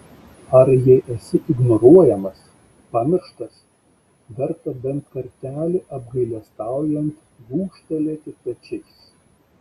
ar jei esi ignoruojamas pamirštas verta bent kartelį apgailestaujant gūžtelėti pečiais